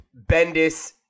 Bendis